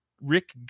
Rick